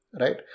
right